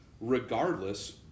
Regardless